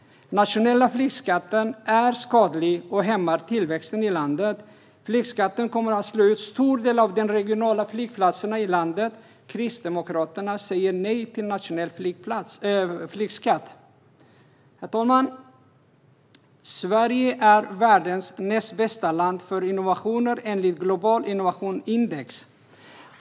Den nationella flygskatten är skadlig och hämmar tillväxten i landet. Flygskatten kommer att slå ut en stor del av de regionala flygplatserna i landet. Kristdemokraterna säger nej till nationell flygskatt. Herr talman! Sverige är världens näst bästa land för innovationer, enligt Global Innovations Index.